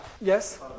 Yes